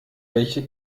welche